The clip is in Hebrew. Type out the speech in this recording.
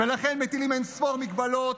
ולכן מטילים אין-ספור מגבלות,